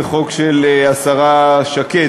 זה חוק של השרה שקד,